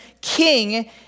king